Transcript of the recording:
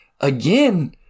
again